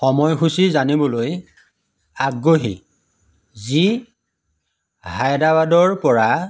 সময়সূচী জানিবলৈ আগ্ৰহী যি হায়দৰাবাদৰপৰা